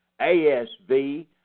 ASV